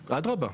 אדרבא.